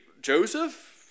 Joseph